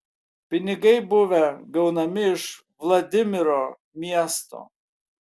pinigai buvę gaunami iš vladimiro miesto